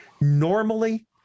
Normally